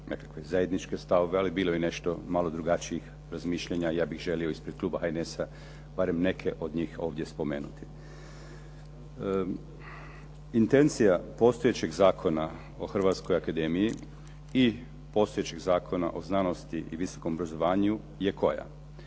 nekakve zajedničke stavove ali bilo je i nešto malo drugačijih razmišljanja. Ja bih želio ispred kluba HNS-a barem neke od njih ovdje spomenuti. Intencija postojećeg Zakona o Hrvatskoj akademiji i postojećeg Zakona o znanosti i visokom obrazovanju je koja?